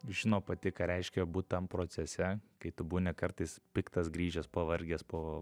žino pati ką reiškia būt tam procese kai tu būni kartais piktas grįžęs pavargęs po